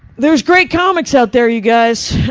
there's great comics out there you guys.